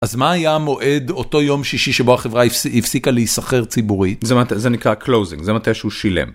אז מה היה המועד אותו יום שישי שבו החברה הפסיקה להיסחר ציבורית? זה נקרא closing, זה מתי שהוא שילם.